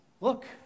Look